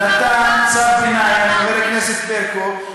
נתן צו ביניים, חברת הכנסת ברקו,